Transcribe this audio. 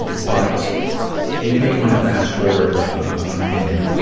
but you may want to fast-forward a minute